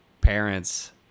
parents